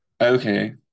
okay